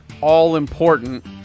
all-important